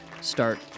start